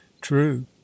True